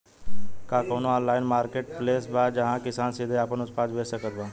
का कउनों online marketplace बा जहां किसान सीधे आपन उत्पाद बेच सकत बा?